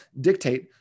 dictate